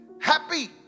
Happy